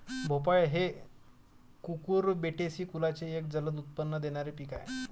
भोपळा हे कुकुरबिटेसी कुलाचे एक जलद उत्पन्न देणारे पीक आहे